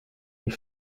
die